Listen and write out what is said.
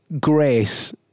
grace